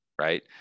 right